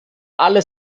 alle